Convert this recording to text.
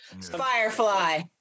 Firefly